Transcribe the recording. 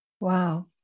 Wow